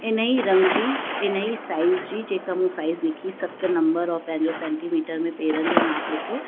इन ई रंग जी इन ई साइज़ जी जेका मूं साइज़ लिखी सत नम्बर और पंहिंजो सेंटीमीटर में पैरनि जो नापु लिखियो